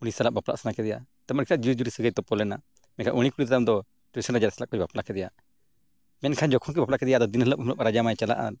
ᱩᱱᱤ ᱥᱟᱞᱟᱜ ᱵᱟᱯᱞᱟᱜ ᱥᱟᱱᱟ ᱠᱮᱫᱮᱭᱟ ᱛᱳ ᱢᱮᱱᱠᱷᱟᱡ ᱡᱤᱣᱤ ᱡᱩᱨᱤ ᱥᱟᱹᱜᱟᱹᱭ ᱛᱚᱯᱚᱞᱮᱱᱟ ᱢᱮᱱᱠᱷᱟᱡ ᱩᱱᱤ ᱠᱩᱲᱤ ᱥᱟᱞᱟᱜ ᱫᱚ ᱥᱟᱞᱟᱜ ᱠᱚ ᱵᱟᱯᱞᱟ ᱠᱮᱫᱮᱭᱟ ᱢᱮᱱᱠᱷᱟᱱ ᱡᱚᱠᱷᱚᱱ ᱠᱚ ᱵᱟᱯᱞᱟ ᱠᱮᱫᱮᱭᱟ ᱟᱫᱚ ᱫᱤᱱ ᱦᱤᱞᱳᱜ ᱨᱟᱡᱟᱢᱟᱭ ᱪᱟᱞᱟᱜᱼᱟ